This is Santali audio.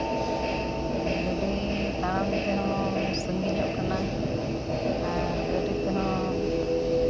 ᱜᱟᱹᱰᱤ ᱛᱟᱲᱟᱢ ᱛᱮᱦᱚᱸ ᱥᱟᱺᱜᱤᱧᱚᱜ ᱠᱟᱱᱟ ᱟᱨ ᱜᱟᱹᱰᱤ ᱛᱮᱦᱚᱸ